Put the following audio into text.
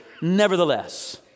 Nevertheless